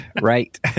Right